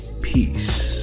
Peace